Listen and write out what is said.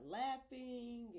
laughing